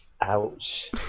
ouch